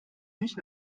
nicht